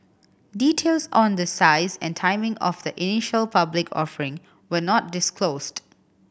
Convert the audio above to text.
details on the size and timing of the initial public offering were not disclosed